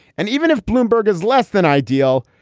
and even if bloomberg is less than ideal,